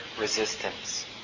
resistance